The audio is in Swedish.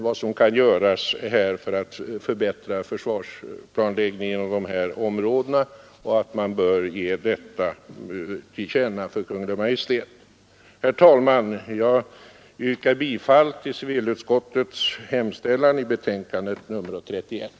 Vad utskottet anfört om försvarsplanläggningen bör ges Kungl. Maj:t till känna.” Herr talman! Jag yrkar bifall till civilutskottets hemställan i dess betänkande nr 31.